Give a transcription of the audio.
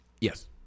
Yes